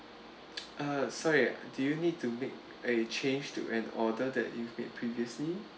uh sorry do you need to make a change to an order that you've made previously